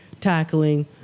tackling